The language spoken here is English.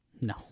No